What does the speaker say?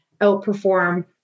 outperform